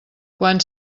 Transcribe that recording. quan